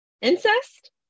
Incest